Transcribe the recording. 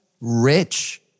rich